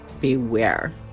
beware